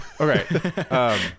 Okay